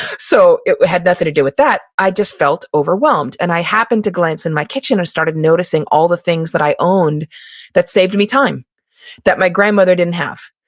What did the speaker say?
so it had nothing to do with that. i just felt overwhelmed and i happened to glance in my kitchen and started noticing all the things that i owned that saved me time that my grandmother didn't have.